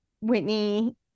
whitney